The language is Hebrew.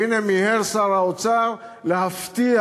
והנה מיהר שר האוצר להפתיע